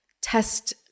test